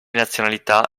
nazionalità